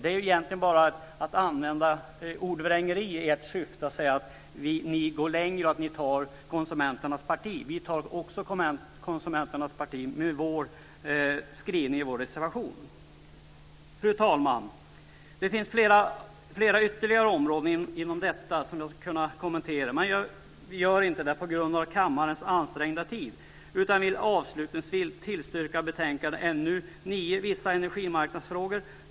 Det är egentligen bara att använda ordvrängeri i ert syfte att säga att ni går längre och tar konsumenternas parti. Vi tar också konsumenternas parti med vår skrivning i vår reservation. Fru talman! Det finns flera ytterligare frågor inom detta område som jag skulle kunna kommentera. Jag gör inte det på grund av kammarens ansträngda tid. Jag vill avslutningsvis tillstyrka utskottets förslag i betänkande NU9 Vissa energimarknadsfrågor.